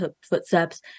footsteps